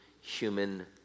human